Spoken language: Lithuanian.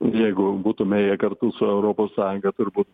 jeigu būtume ėję kartu su europos sąjunga turbūt